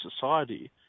society